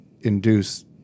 induce